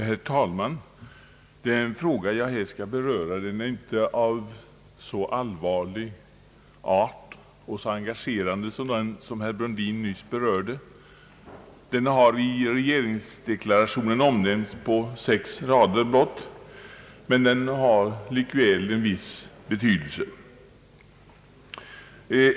Herr talman! Den fråga jag här skall beröra är inte av så allvarlig art och så engagerande som den herr Brundin nyss berörde. Den har i regeringsdeklarationen omnämnts på sex rader, men den har likväl en viss betydelse.